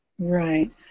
Right